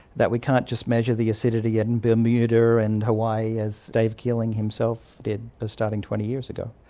that we can't just measure the acidity in bermuda and hawaii as dave keeling himself did starting twenty years ago.